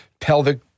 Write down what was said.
pelvic